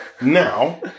Now